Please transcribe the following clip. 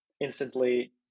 instantly